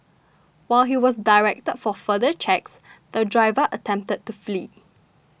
while he was directed for further checks the driver attempted to flee